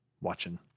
watching